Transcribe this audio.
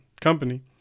company